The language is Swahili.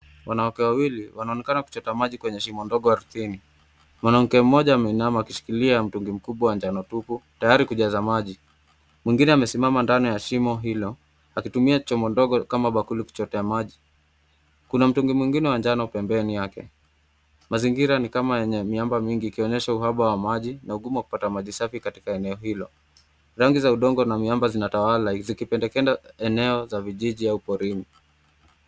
Wanawake wawili, wanaonekana kuchota maji kwenye shimo ndogo ardhini. Mwanamke mmoja ameinama akishikilia mtungi mkubwa wa njano tupu, tayari kujaza maji. Mwingine amesimama ndani ya shimo hilo, akitumia chombo ndogo kama bakuli kuchotea maji. Kuna mtungi mwingine wa njano pembeni yake. Mazingira ni kama yenye miamba mingi ikionyesha uhaba wa maji, na ugumu wa kupata maji safi katika eneo hilo. Rangi za udongo na miamba zinatawala, zikipendekeza eneo za vijijini au porini.